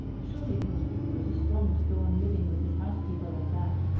surely he must be pretty strong to go on living with his housekeeper like that?